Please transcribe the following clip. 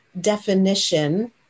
definition